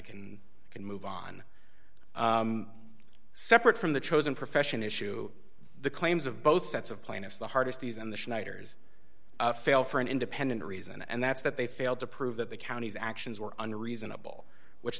i can move on separate from the chosen profession issue the claims of both sets of plaintiffs the hardest these and the schneiders fail for an independent reason and that's that they failed to prove that the county's actions were under reasonable which